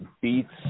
beats